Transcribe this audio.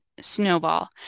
snowball